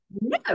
No